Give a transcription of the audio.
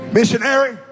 Missionary